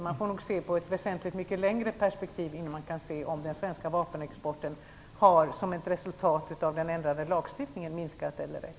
Man får nog ha ett väsentligt mycket längre perspektiv innan man kan se om den svenska vapenexporten som ett resultat av den ändrade lagstiftningen har minskat eller ej.